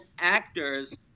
actors